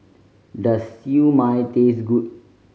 does Siew Mai taste good